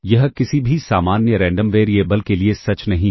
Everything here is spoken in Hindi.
यह किसी भी सामान्य रैंडम वेरिएबल के लिए सच नहीं है